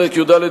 פרק י"ד,